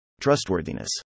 Trustworthiness